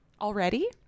already